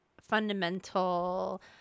fundamental